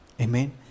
Amen